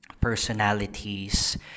personalities